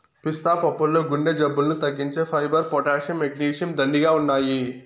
పిస్తా పప్పుల్లో గుండె జబ్బులను తగ్గించే ఫైబర్, పొటాషియం, మెగ్నీషియం, దండిగా ఉన్నాయి